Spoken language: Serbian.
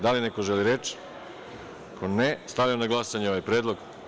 Da li neko želi reč? (Ne) Stavljam na glasanje ovaj predlog.